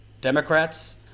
Democrats –